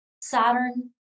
Saturn